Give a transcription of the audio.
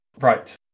Right